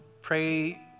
pray